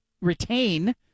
retain